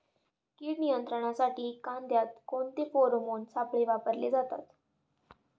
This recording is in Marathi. कीड नियंत्रणासाठी कांद्यात कोणते फेरोमोन सापळे वापरले जातात?